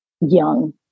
young